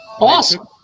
Awesome